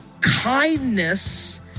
kindness